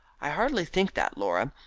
i hardly think that, laura.